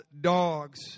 dogs